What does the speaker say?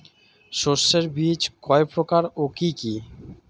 শস্যের বীজ কয় প্রকার ও কি কি?